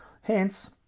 hence